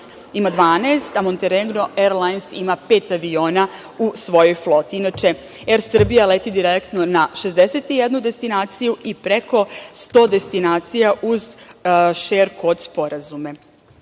ima 12, a „Montenegro erlajns“ ima pet aviona u svojoj floti. Inače, „Er Srbija“ leti direktno na 61 destinaciju i preko 100 destinacija uz Kod – šer sporazume. Samo